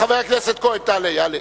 חבר הכנסת כהן יעלה.